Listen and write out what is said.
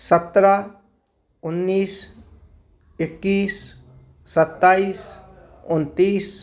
सत्रह उन्नीस इक्कीस सत्ताईस उनतीस